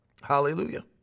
Hallelujah